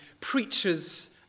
preachers